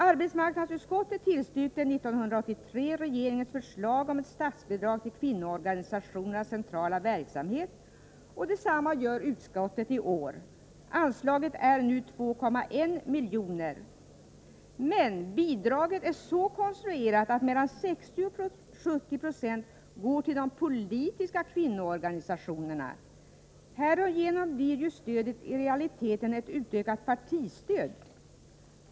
Arbetsmarknadsutskottet tillstyrkte 1983 regeringens förslag om ett statsbidrag till kvinnoorganisationernas centrala verksamhet. Detsamma gör utskottet detta år. Anslaget är nu 2,1 milj.kr. Bidraget är dock så konstruerat att mellan 60 och 70 9 går till de politiska kvinnoorganisationerna. Härigenom blir stödet i realiteten ett utökat partistöd.